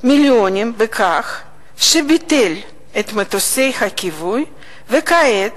מיליונים בכך שביטל את מטוסי הכיבוי, וכעת